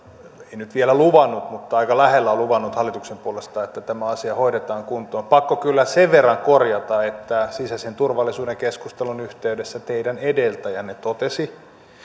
ei nyt vielä luvannut mutta aika lähellä sitä hallituksen puolesta että tämä asia hoidetaan kuntoon pakko kyllä sen verran korjata että sisäisen turvallisuuden keskustelun yhteydessä teidän edeltäjänne totesi